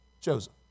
Joseph